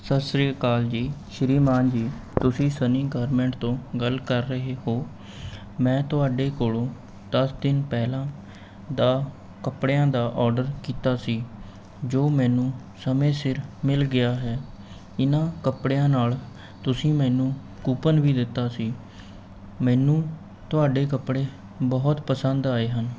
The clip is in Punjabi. ਸਤਿ ਸ਼੍ਰੀ ਅਕਾਲ ਜੀ ਸ਼੍ਰੀਮਾਨ ਜੀ ਤੁਸੀਂ ਸਨੀ ਗਾਰਮੈਂਟ ਤੋਂ ਗੱਲ ਕਰ ਰਹੇ ਹੋ ਮੈਂ ਤੁਹਾਡੇ ਕੋਲੋਂ ਦਸ ਦਿਨ ਪਹਿਲਾਂ ਦਾ ਕੱਪੜਿਆਂ ਦਾ ਔਡਰ ਕੀਤਾ ਸੀ ਜੋ ਮੈਨੂੰ ਸਮੇਂ ਸਿਰ ਮਿਲ ਗਿਆ ਹੈ ਇਹਨਾਂ ਕੱਪੜਿਆਂ ਨਾਲ਼ ਤੁਸੀਂ ਮੈਨੂੰ ਕੂਪਨ ਵੀ ਦਿੱਤਾ ਸੀ ਮੈਨੂੰ ਤੁਹਾਡੇ ਕੱਪੜੇ ਬਹੁਤ ਪਸੰਦ ਆਏ ਹਨ